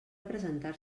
presentar